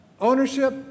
Ownership